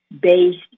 based